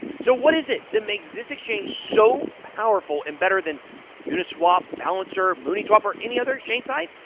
so what is it that makes this exchange so powerful and better than uniswap, balancer, mooniswap, or any other exchange site?